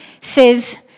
says